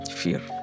fear